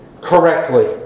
correctly